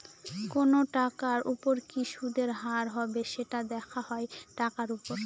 কোনো টাকার উপর কি সুদের হার হবে, সেটা দেখা হয় টাকার উপর